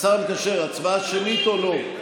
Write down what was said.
השר המקשר, הצבעה שמית או לא?